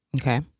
Okay